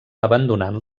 abandonant